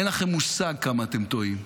אין לכם מושג כמה אתם טועים.